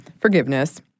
forgiveness